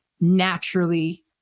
naturally